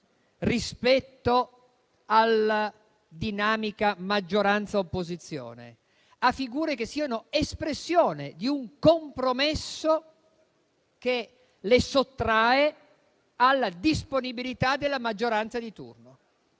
rispetto alla dinamica maggioranza-opposizione, a figure che siano espressione di un compromesso che le sottrae alla disponibilità della maggioranza di turno.